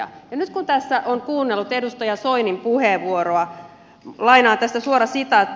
ja nyt kun tässä on kuunnellut edustaja soinin puheenvuoroa lainaan tästä suora sitaatti